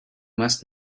must